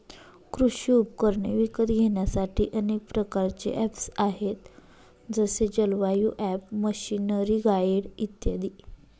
कृषी उपकरणे विकत घेण्यासाठी अनेक प्रकारचे ऍप्स आहेत जसे जलवायु ॲप, मशीनरीगाईड इत्यादी